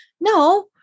no